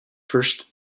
first